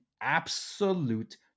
absolute